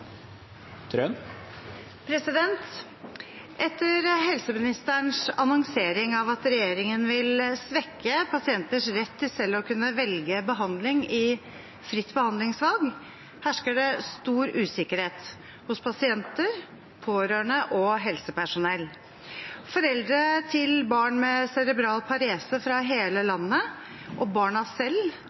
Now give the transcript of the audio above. Trøen. Etter helseministerens annonsering av at regjeringen vil svekke pasienters rett til selv å kunne velge behandling i fritt behandlingsvalg, hersker det stor usikkerhet hos pasienter, pårørende og helsepersonell. Foreldre til barn med cerebral parese fra hele landet og barna selv